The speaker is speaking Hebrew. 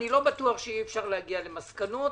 אני לא בטוח שאי אפשר להגיע למסקנות,